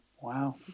Wow